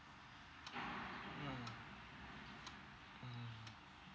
mm mm